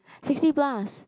sixty plus